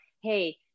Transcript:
hey